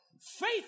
Faith